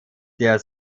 der